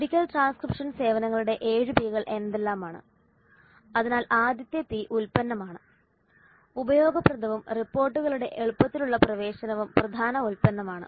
medical transcription സേവനങ്ങളുടെ 7P കൾ എന്തെല്ലാമാണ് അതിനാൽ ആദ്യത്തെ പി ഉൽപ്പന്നമാണ് ഉപയോഗപ്രദവും റിപ്പോർട്ടുകളുടെ എളുപ്പത്തിലുള്ള പ്രവേശനവും പ്രധാന ഉൽപ്പന്നമാണ്